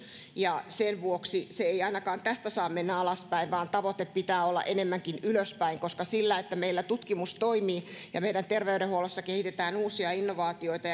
ja sen vuoksi se ei ainakaan tästä saa mennä alaspäin vaan tavoitteen pitää olla enemmänkin ylöspäin sillä että meillä tutkimus toimii ja meillä terveydenhuollossa kehitetään uusia innovaatioita